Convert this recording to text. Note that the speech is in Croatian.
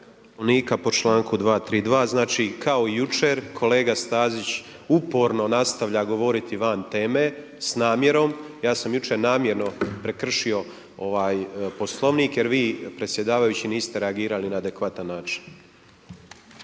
Poslovnika po članku 232. Znači kao i jučer kolega Stazić uporno nastavlja govoriti van teme s namjerom, ja sam jučer namjerno prekršio Poslovnik jer vi predsjedavajući niste reagirali na adekvatan način.